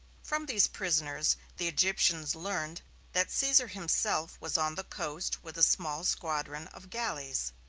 from these prisoners the egyptians learned that caesar himself was on the coast with a small squadron of galleys.